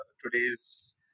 today's